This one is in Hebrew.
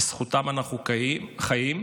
בזכותם אנחנו חיים,